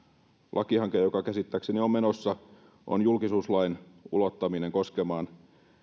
lakihanke joka käsittääkseni on menossa on julkisuuslain ulottaminen koskemaan